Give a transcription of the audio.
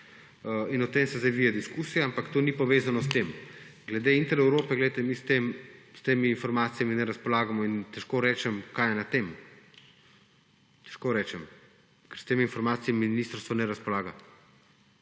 in o tem se zdaj vije diskusija, ampak to ni povezano s tem. Glede Intereurope. Glejte, mi s temi informacijami ne razpolagamo in težko rečem, kaj je na tem. Težko rečem, ker s temi informacijami ministrstvo ne razpolaga.